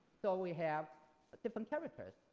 so we have different characters.